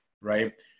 right